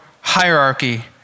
hierarchy